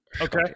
Okay